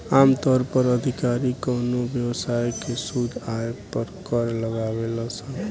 आमतौर पर अधिकारी कवनो व्यवसाय के शुद्ध आय पर कर लगावेलन